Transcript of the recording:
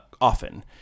often